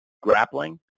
grappling